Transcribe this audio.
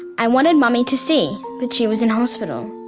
i wanted mummy to see but she was in hospital,